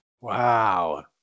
Wow